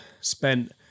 spent